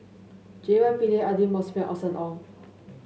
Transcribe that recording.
J Y Pillay Aidli Austen Ong